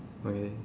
okay